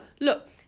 look